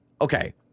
okay